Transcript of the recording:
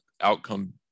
outcome